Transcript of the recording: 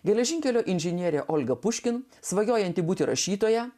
geležinkelio inžinierė olga puškino svajojanti būti rašytoja